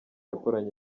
yakoranye